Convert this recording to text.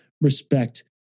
respect